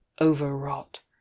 overwrought